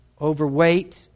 overweight